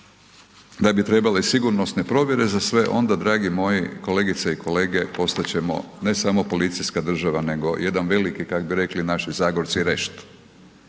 da bi trebale sigurnosne provjere za sve, onda dragi moji, kolegice i kolege, postat ćemo ne samo policijska država, nego jedan veliki, kak bi rekli naši Zagorci, rešt.